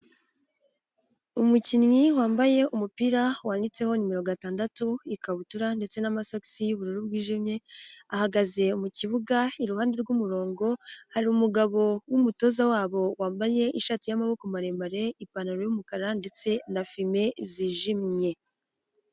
Umukinnyi wambaye umupira wanditseho nimero itandatu, ikabutura ndetse n'amasogisi y'ubururu bwijimye, ahagaze mu kibuga iruhande rw'umurongo, hariru umugabo w'umutoza wabo wambaye ishati y'amaboko maremare ipantaro y'umukara ndetse na fime zijimye.